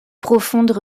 profondes